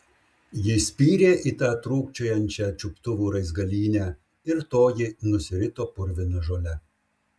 ji spyrė į tą trūkčiojančią čiuptuvų raizgalynę ir toji nusirito purvina žole